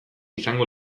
izango